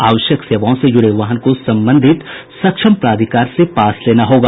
आवश्यक सेवाओं से जुड़े वाहन को संबंधित सक्षम प्राधिकार से पास लेना होगा